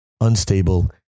unstable